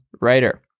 writer